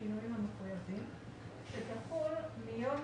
בשינויים המחויבים שתחול מיום